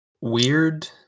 weird